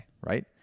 right